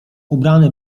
ubrany